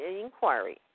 inquiry